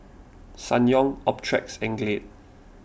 Ssangyong Optrex and Glade